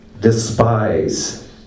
despise